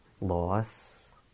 loss